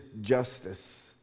justice